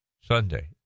Sunday